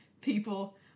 people